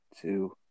two